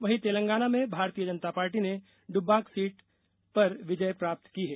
वहीं तेलंगाना में भारतीय जनता पार्टी ने डुब्बाक सीट पर विजय प्राप्त की है